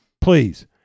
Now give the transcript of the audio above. Please